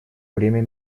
время